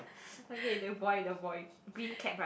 okay the boy the boy green cap right